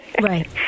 Right